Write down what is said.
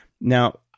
now